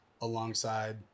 alongside